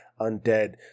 undead